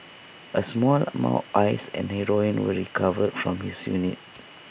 A small amount of ice and heroin were recovered from his souvenir